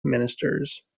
ministers